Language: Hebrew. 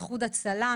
איחוד הצלה,